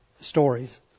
stories